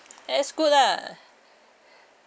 that is good lah